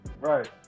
right